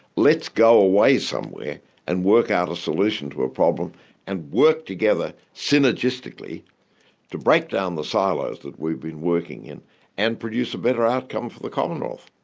let's go away somewhere and work out a solution to a problem and work together synergistically to break down the silos that we've been working in and produce a better outcome for the commonwealth,